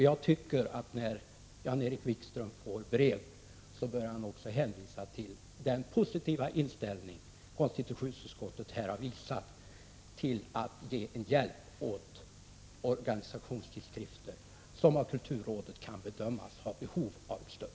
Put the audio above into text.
Jag tycker att när Jan-Erik Wikström får brev bör han också hänvisa till den positiva inställning som konstitutionsutskottet här har visat till att lämna hjälp åt organisationstidskrifter som av kulturrådet kan bedömas ha behov av ett stöd.